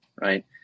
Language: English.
right